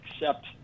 accept